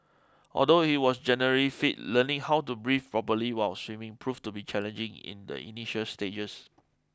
although he was generally fit learning how to breathe properly while swimming proved to be challenging in the initial stages